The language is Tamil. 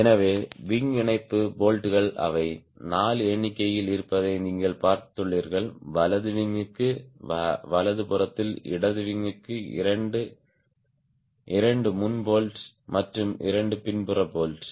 எனவே விங் இணைப்பு போல்ட்கள் அவை 4 எண்ணிக்கையில் இருப்பதை நீங்கள் பார்த்துள்ளீர்கள் வலதுவிங்க்கு வலதுபுறத்தில் இடது விங் இரண்டு இரண்டு முன் போல்ட் மற்றும் இரண்டு பின்புற போல்ட்